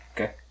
Okay